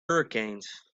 hurricanes